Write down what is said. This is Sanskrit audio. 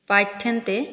पाठ्यन्ते